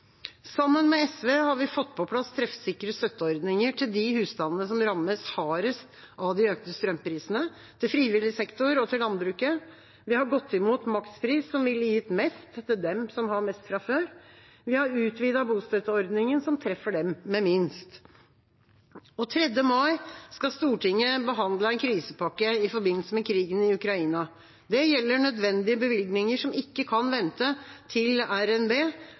Sammen med SV har vi fått på plass treffsikre støtteordninger til de husstandene som rammes hardest av de økte strømprisene, til frivillig sektor og til landbruket. Vi har gått imot makspris, som ville gitt mest til dem som har mest fra før. Vi har utvidet bostøtteordningen, som treffer dem med minst. Den 3. mai skal Stortinget behandle en krisepakke i forbindelse med krigen i Ukraina. Det gjelder nødvendige bevilgninger som ikke kan vente til RNB,